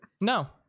No